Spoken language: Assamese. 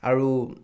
আৰু